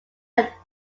are